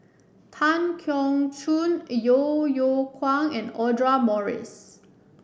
Tan Keong Choon Yeo Yeow Kwang and Audra Morrice